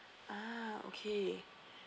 ah okay